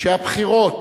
שהבחירות